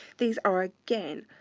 these are, again,